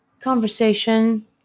conversation